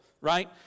right